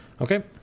Okay